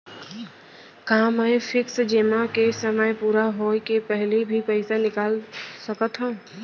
का मैं फिक्स जेमा के समय पूरा होय के पहिली भी पइसा निकाल सकथव?